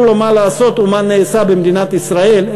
לו מה לעשות ומה נעשה במדינת ישראל,